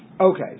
Okay